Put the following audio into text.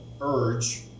urge